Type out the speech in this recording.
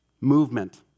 movement